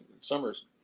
summers